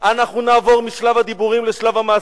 אנחנו נעבור משלב הדיבורים לשלב המעשים.